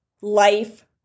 life